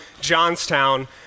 Johnstown